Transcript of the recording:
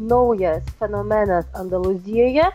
naujas fenomenas andalūzijoje